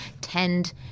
tend